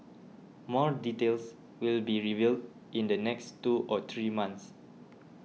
more details will be revealed in the next two or three months